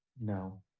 No